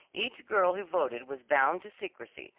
each girl who voted was bound to secrecy,